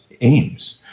aims